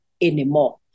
anymore